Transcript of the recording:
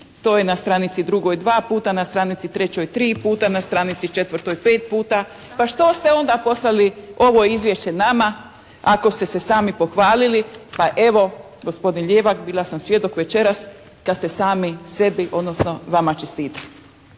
to je na stranici drugoj dva puta, na stranici trećoj tri puta, na stranici četvrtoj pet puta. Pa što ste onda poslali ovo izvješće nama ako ste se sami pohvalili. Pa evo, gospodin Ljevak bila sam svjedok večeras da ste sami sebi odnosno vama čestitali.